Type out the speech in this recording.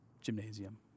gymnasium